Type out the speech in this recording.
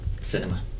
cinema